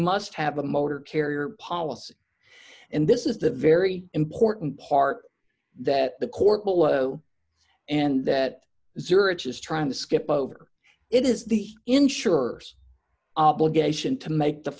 must have a motor carrier policy and this is the very important part that the court below and that zero is trying to skip over it is the insurers obligation to make the